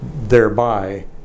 thereby